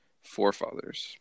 forefathers